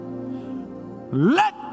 let